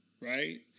right